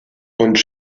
und